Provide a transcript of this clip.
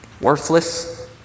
Worthless